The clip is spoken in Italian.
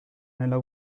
nella